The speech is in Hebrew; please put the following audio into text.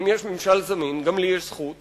אם יש ממשל זמין, גם לי יש זכות.